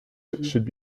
should